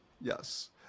Yes